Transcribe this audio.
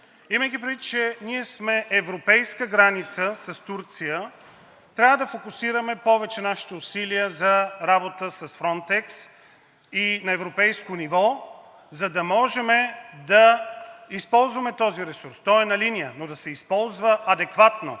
Имайки, предвид че ние сме европейска граница с Турция, трябва да фокусираме повече нашите усилия за работа с „Фронтекс“ и на европейско ниво, за да можем да използваме този ресурс. Той е на линия, но да се използва адекватно